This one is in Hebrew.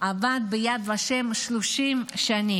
עבד ביד ושם 30 שנים.